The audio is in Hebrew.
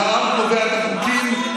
העם קובע את החוקים,